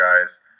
guys